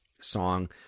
song